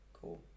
cool